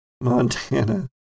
Montana